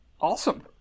Awesome